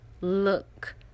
look